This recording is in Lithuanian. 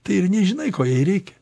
tai ir nežinai ko jai reikia